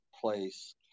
place